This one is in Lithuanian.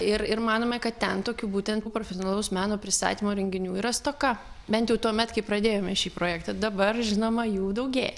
ir ir manome kad ten tokių būtent profesionalaus meno pristatymo renginių yra stoka bent jau tuomet kai pradėjome šį projektą dabar žinoma jų daugėja